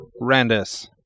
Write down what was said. Randis